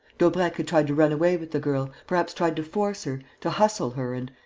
daubrecq had tried to run away with the girl, perhaps tried to force her, to hustle her and,